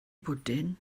bwdin